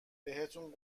بهتون